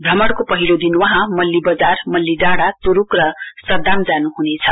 भ्रमणको पहिलो दिन वहाँ मल्ली बजार मल्ली डाँडा तुरुक र सदाम जानुहुनेछ